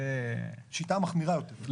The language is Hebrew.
השיטה המחמירה יותר.